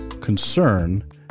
concern